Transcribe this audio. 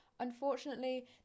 Unfortunately